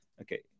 Okay